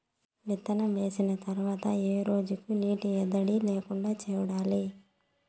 విత్తనం వేసిన తర్వాత ఏ రోజులకు నీటి ఎద్దడి లేకుండా చూడాలి?